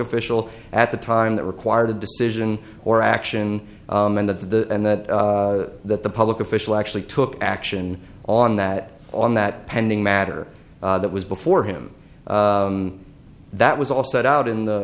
official at the time that required a decision or action and that the and that that the public official actually took action on that on that pending matter that was before him that was all set out in the